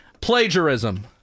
plagiarism